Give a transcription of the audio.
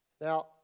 Now